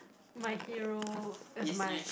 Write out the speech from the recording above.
my hero as my